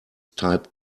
type